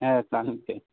ᱦᱮᱸ ᱛᱟᱦᱮᱱ ᱜᱤᱭᱟᱹᱧ